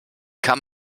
kann